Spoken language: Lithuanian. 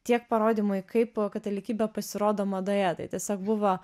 tiek parodymui kaip katalikybė pasirodo madoje tai tiesiog buvo